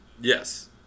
Yes